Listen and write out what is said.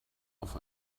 auf